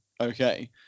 okay